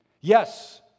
Yes